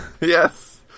Yes